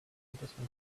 motorcycle